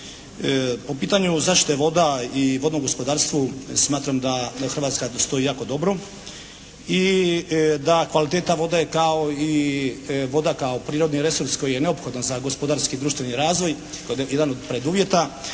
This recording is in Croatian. Po pitanju zaštite voda i vodnom gospodarstvu smatram da Hrvatska stoji jako dobro. I da kvaliteta vode kao i voda kao prirodni resurs koji je neophodan za gospodarski i društveni razvoj kao jedan od preduvjeta